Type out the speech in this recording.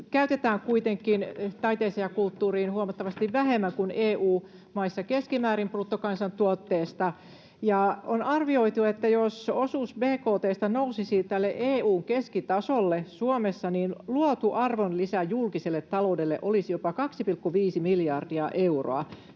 käytetään kuitenkin taiteeseen ja kulttuuriin huomattavasti vähemmän kuin EU-maissa keskimäärin bruttokansantuotteesta, ja on arvioitu, että jos osuus bkt:stä nousisi Suomessa tälle EU:n keskitasolle, luotu arvonlisä julkiselle taloudelle olisi jopa 2,5 miljardia euroa.